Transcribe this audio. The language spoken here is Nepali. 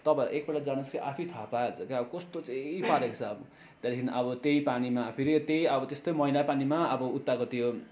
तपाईँहरू एकपल्ट जानुहोस् कि आफै थाहा पाइहाल्छ क्या अब कस्तो चाहिँ पारेको छ अब त्यहाँदेखि अब त्यही पानीमा फेरि त्यही अब त्यस्तै मैला पानीमा अब उताको त्यो